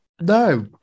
no